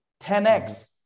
10x